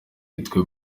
yitwa